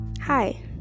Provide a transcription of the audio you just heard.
Hi